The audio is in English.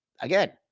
Again